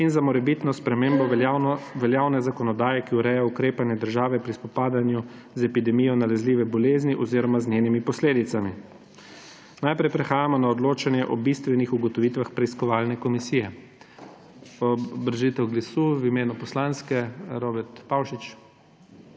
in za morebitno spremembo veljavne zakonodaje, ki ureja ukrepanje države pri spopadanju z epidemijo nalezljive bolezni oziroma z njenimi posledicami. Najprej prehajamo na odločanje o bistvenih ugotovitvah preiskovalne komisije. Obrazložitev glasu v imenu poslanske skupine Robert Pavšič.